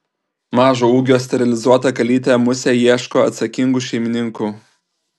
mažo ūgio sterilizuota kalytė musė ieško atsakingų šeimininkų